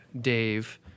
Dave